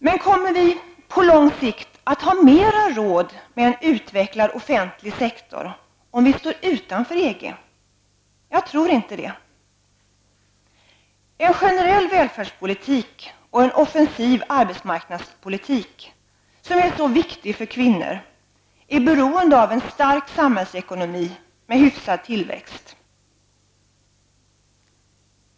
Men kommer vi på lång sikt att ha mera råd med en utvecklad offentlig sektor om vi står utanför EG? Jag tror inte det. En generell välfärdspolitik och en offensiv arbetsmarknadspolitik, som är så viktiga för kvinnor, är beroende av en stark samhällsekonomi med hyfsad tillväxt.